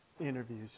interviews